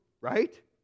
right